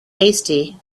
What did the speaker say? hasty